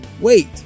wait